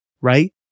right